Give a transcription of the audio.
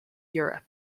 europe